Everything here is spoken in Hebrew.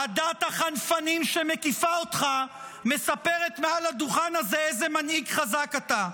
עדת החנפנים שמקיפה אותך מספרת מעל הדוכן הזה איזה מנהיג חזק אותה.